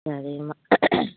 சரிங்கம்மா